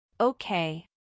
Okay